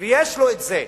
יש לו את זה.